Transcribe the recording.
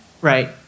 Right